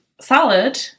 salad